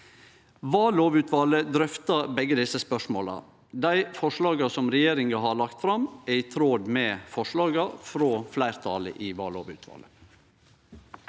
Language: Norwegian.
Vallovutvalet drøfta begge desse spørsmåla. Dei forslaga regjeringa har lagt fram, er i tråd med forslaga frå fleirtalet i vallovutvalet.